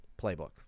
playbook